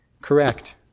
correct